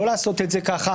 לא לעשות את זה סתם.